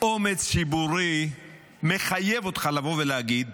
אומץ ציבורי מחייב אותך לבוא ולהגיד